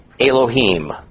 Elohim